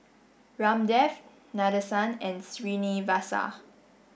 Ramdev Nadesan and Srinivasa